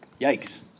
Yikes